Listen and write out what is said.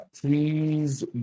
please